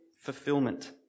fulfillment